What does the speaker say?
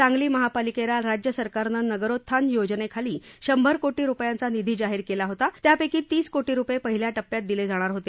सांगली महापालिकेला राज्य सरकारनं नगरोत्थान योजनेखाली शंभर कोटी रुपयांचा निधी जाहीर केला होता त्यापैकी तीस कोटी रुपये पहिल्या टप्प्यात दिले जाणार होते